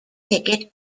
ticket